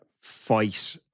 fight